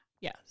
Yes